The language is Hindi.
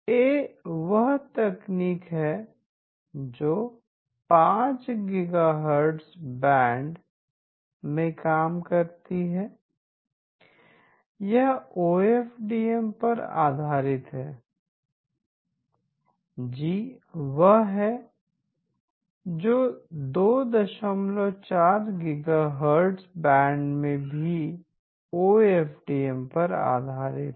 'a वह तकनीक है जो 5 गीगाहर्ट्ज़ बैंड में काम करती है यह ओ एफ डी एम पर आधारित है g वह है जो 24 gigahertz band 24 गीगाहर्ट्ज़ बैंड में भी ओ एफ डी एम पर आधारित है